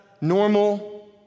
normal